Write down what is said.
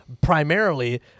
primarily